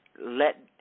let